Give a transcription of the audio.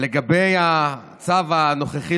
לגבי הצו הנוכחי,